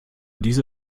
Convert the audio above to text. diese